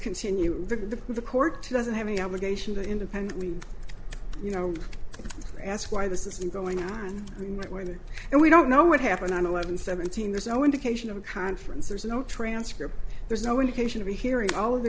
continue to the court doesn't have any obligation to independently you know ask why this isn't going on and we don't know what happened i'm eleven seventeen there's no indication of a conference there's no transcript there's no indication of a hearing al